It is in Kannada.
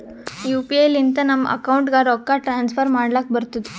ಯು ಪಿ ಐ ಲಿಂತ ನಮ್ ಅಕೌಂಟ್ಗ ರೊಕ್ಕಾ ಟ್ರಾನ್ಸ್ಫರ್ ಮಾಡ್ಲಕ್ ಬರ್ತುದ್